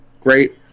great